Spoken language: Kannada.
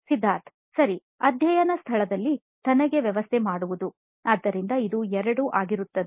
ಸಿದ್ಧಾರ್ಥ್ ಸರಿ ಅಧ್ಯಯನ ಸ್ಥಳದಲ್ಲಿ ತನಗೆ ವ್ಯವಸ್ಥೆ ಮಾಡುವುದು ಆದ್ದರಿಂದ ಇದು 2 ಆಗಿರುತ್ತದೆ